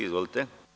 Izvolite.